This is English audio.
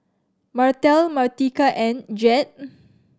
Martell Martika and Jett